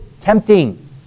tempting